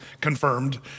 confirmed